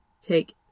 take